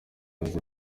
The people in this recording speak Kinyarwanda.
ngenzi